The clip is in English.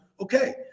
okay